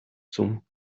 zum